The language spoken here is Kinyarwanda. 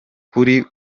kuri